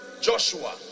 Joshua